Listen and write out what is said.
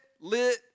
lit